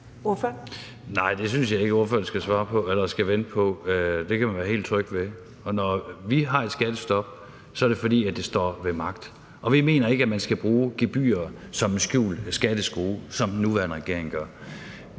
Nej, det synes jeg ikke ordføreren skal vente på. Det kan man være helt tryg ved, og når vi har et skattestop, er det, fordi det står ved magt, og vi mener ikke, at man skal bruge gebyrer som en skjult skatteskrue, som den nuværende regering gør.